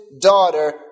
daughter